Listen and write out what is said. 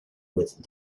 with